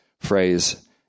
phrase